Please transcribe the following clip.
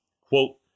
Quote